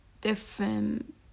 Different